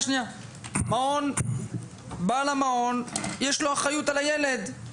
לבעל המעון יש אחריות על הילד.